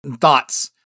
thoughts